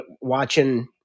watching